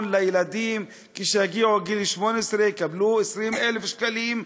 לילדים שכשהם יגיעו לגיל 18 הם יקבלו 20,000 שקלים.